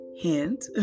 hint